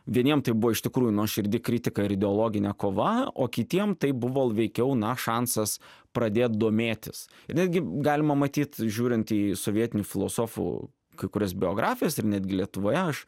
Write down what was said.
vieniem tai buvo iš tikrųjų nuoširdi kritika ir ideologinė kova o kitiem tai buvo veikiau na šansas pradėt domėtis netgi galima matyt žiūrint į sovietinių filosofų kai kurias biografijas ir netgi lietuvoje aš